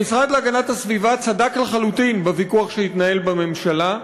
המשרד להגנת הסביבה צדק לחלוטין בוויכוח שהתנהל בממשלה.